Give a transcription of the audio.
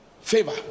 Favor